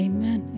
Amen